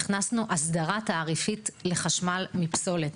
הכנסנו הסדרה תעריפית לחשמל מפסולת.